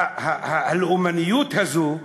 הלאומניות הזאת?